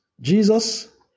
Jesus